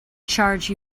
charge